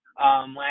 last